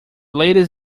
ladies